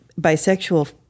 bisexual